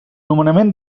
nomenament